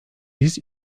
biz